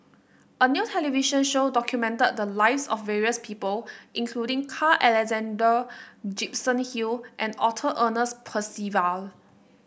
a new television show documented the lives of various people including Carl Alexander Gibson Hill and Arthur Ernest Percival